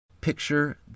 picture